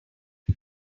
but